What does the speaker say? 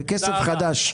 וכסף חדש?